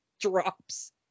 drops